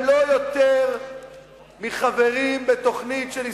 לא יותר מחברים בתוכנית של הישרדות,